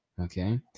okay